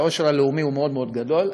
העושר הלאומי הוא מאוד מאוד גדול,